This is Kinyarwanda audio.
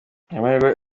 amahirwe